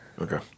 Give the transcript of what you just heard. Okay